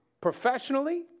professionally